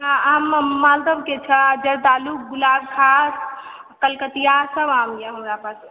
हँ आममे मालदह के छै जरदालू गुलाबखास कलकतिया सब आम यऽ हमरा पास